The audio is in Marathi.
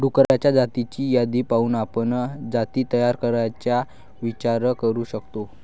डुक्करांच्या जातींची यादी पाहून आपण जाती तयार करण्याचा विचार करू शकतो